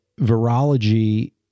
virology